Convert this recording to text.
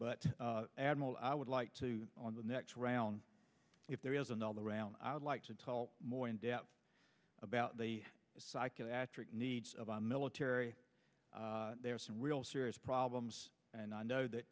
admiral i would like to on the next round if there is another round i'd like to talk more in depth about the psychiatric needs of our military there are some real serious problems and i know that